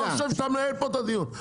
אתה חושב שאתה מנהל פה את הדיון,